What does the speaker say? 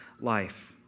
life